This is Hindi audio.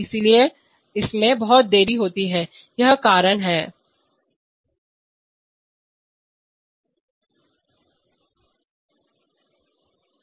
इसलिए इसमें बहुत देरी होती है यही कारण है कि